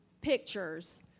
pictures